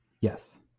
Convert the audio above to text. Yes